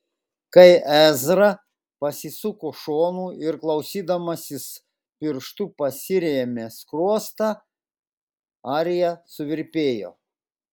kai ezra pasisuko šonu ir klausydamasis pirštu pasirėmė skruostą arija suvirpėjo